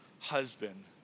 husband